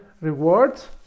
rewards